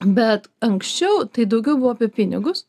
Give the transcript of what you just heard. bet anksčiau tai daugiau buvo apie pinigus